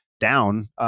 down